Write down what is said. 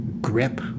grip